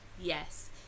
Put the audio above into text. Yes